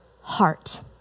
heart